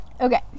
Okay